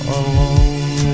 alone